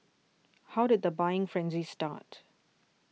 how did the buying frenzy start